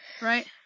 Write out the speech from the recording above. Right